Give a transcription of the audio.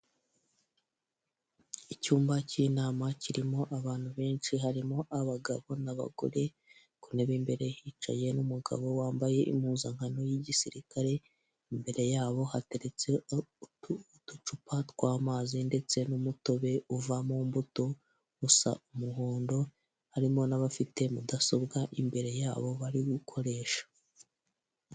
Icyumba cy'inama kirimo abantu benshi harimo abagabo n'abagore. Ku ntebe y'imbere hicaye n'umugabo wambaye impuzankano y'igisirikare, imbere yabo hateretse uducupa tw'amazi ndetse n'umutobe uva mumbuto usa umuhondo, harimo n'abafite mudasobwa imbere yabo bari gukoresha.